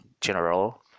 general